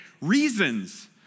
reasons